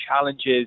challenges